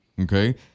Okay